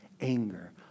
anger